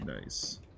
Nice